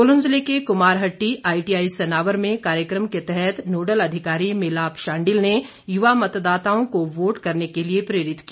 सोलन जिले के कुमारहट्टी आईटीआई सनावर में कार्यक्रम के तहत नोडल अधिकारी मिलाप शांडिल ने युवा मतदाता को वोट करने के लिए प्रेरित किया